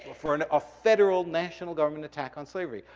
for and a federal national government attack on slavery.